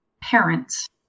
parents